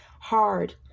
hard